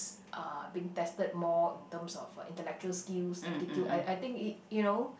are being tested more in terms of intellectual skills aptitude I I think it you know